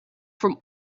from